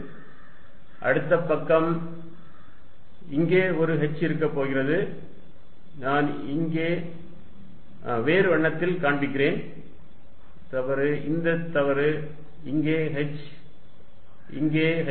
Fσq2π0 அடுத்த பக்கம் இங்கே ஒரு h இருக்கப் போகிறது நான் இங்கே வேறு வண்ணத்தில் காண்பிக்கிறேன் தவறு இந்த தவறு இங்கே h இங்கே h